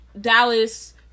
Dallas